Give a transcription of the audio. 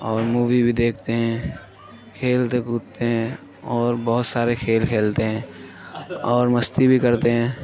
اور مووی بھی دیکھتے ہیں کھیلتے کودتے ہیں اور بہت سارے کھیل کھیلتے ہیں اور مستی بھی کرتے ہیں